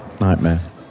nightmare